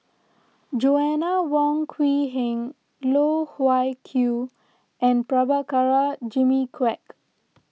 Joanna Wong Quee Heng Loh Wai Kiew and Prabhakara Jimmy Quek